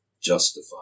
justify